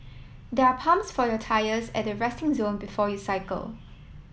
there are pumps for your tyres at the resting zone before you cycle